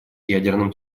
ядерным